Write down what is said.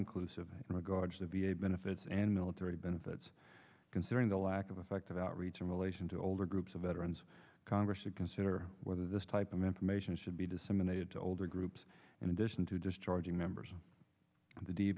inclusive in regards to v a benefits and military benefits considering the lack of effect of outreach in relation to older groups of veterans congress should consider whether this type of information should be disseminated to older groups in addition to just charging members of the d